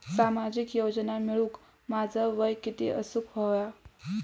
सामाजिक योजना मिळवूक माझा वय किती असूक व्हया?